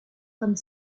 comme